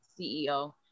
ceo